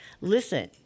listen